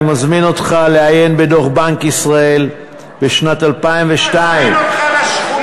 אני מזמן אותך לעיין בדוח בנק ישראל לשנת 2002. אני מזמין אותך לשכונה.